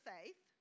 Faith